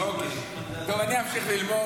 טוב, אני אמשיך ללמוד.